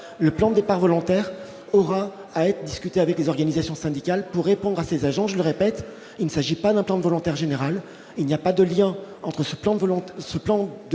le plan départs volontaires aura à être discuté avec les organisations syndicales pour répondre à ces agents, je le répète, il ne s'agit pas d'un temps volontaire générale il n'y a pas de lien entre ce plan volante,